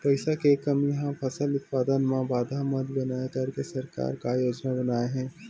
पईसा के कमी हा फसल उत्पादन मा बाधा मत बनाए करके सरकार का योजना बनाए हे?